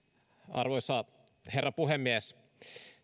arvoisa herra puhemies